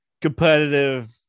competitive